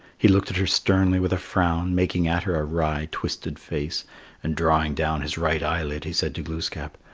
he looked at her sternly with a frown, making at her a wry, twisted face and drawing down his right eyelid, he said to glooskap,